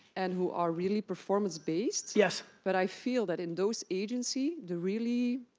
and who are really performance based. yes. but i feel that in those agency, the really,